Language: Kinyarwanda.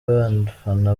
abafana